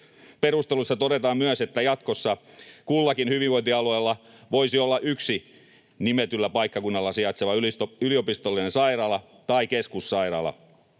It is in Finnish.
Perusteluissa todetaan myös, että jatkossa kullakin hyvinvointialueella voisi olla yksi nimetyllä paikkakunnalla sijaitseva yliopistollinen sairaala tai keskussairaala,